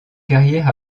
carrière